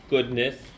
goodness